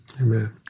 amen